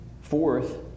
fourth